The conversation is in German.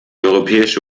europäische